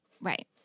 right